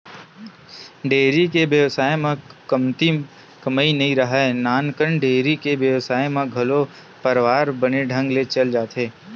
dairy के बेवसाय म कमती कमई नइ राहय, नानकन डेयरी के बेवसाय म घलो परवार बने ढंग ले चल जाथे